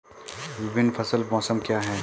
विभिन्न फसल मौसम क्या हैं?